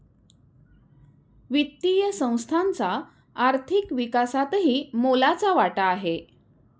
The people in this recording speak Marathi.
वित्तीय संस्थांचा आर्थिक विकासातही मोलाचा वाटा आहे